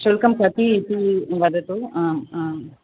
शुल्कं कति इति वदतु आम् आम्